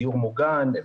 דיור מוגן,